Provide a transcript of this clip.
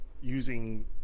using